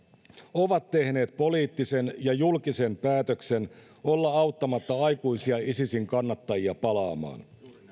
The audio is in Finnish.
ovat tehneet poliittisen ja julkisen päätöksen olla auttamatta aikuisia isisin kannattajia palaamaan